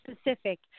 specific